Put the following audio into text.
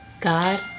God